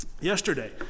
Yesterday